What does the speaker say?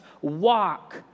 walk